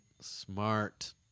Smart